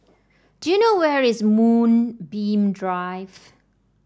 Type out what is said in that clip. do you know where is Moonbeam Drive